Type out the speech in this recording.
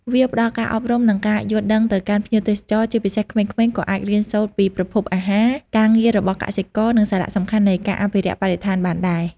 វាផ្តល់ការអប់រំ និងការយល់ដឹងទៅកាន់ភ្ញៀវទេសចរ ជាពិសេសក្មេងៗ ក៏អាចរៀនសូត្រពីប្រភពអាហារ ការងាររបស់កសិករ និងសារៈសំខាន់នៃការអភិរក្សបរិស្ថានបានដែរ ។